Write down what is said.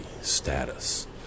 status